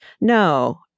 no